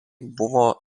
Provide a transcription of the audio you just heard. buvo